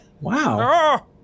Wow